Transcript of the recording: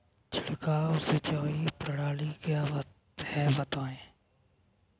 छिड़काव सिंचाई प्रणाली क्या है बताएँ?